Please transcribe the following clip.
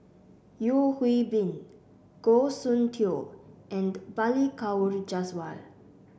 Yeo Hwee Bin Goh Soon Tioe and Balli Kaur Jaswal